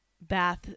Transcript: bath